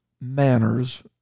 Manners